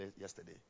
yesterday